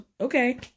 Okay